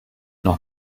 noch